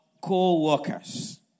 co-workers